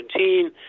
2017